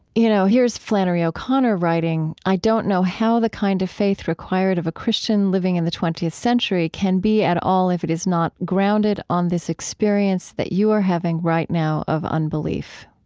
you know, here's flannery o'connor writing, i don't know how the kind of faith required of a christian living in the twentieth century can be at all if it is not grounded on this experience that you are having right now of unbelief.